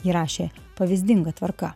ji rašė pavyzdinga tvarka